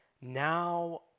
Now